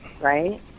right